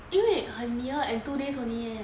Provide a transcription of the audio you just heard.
因为很 near and two days only eh